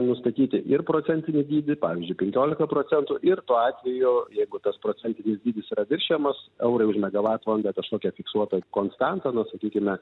nustatyti ir procentinį dydį pavyzdžiui penkiolika procentų ir tuo atveju jeigu tas procentinis dydis yra viršijamas eurai už megavatvalandę kažkokią fiksuotą konstantą nu sakykime